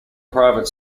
private